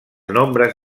nombres